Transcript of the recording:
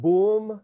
Boom